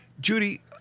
Judy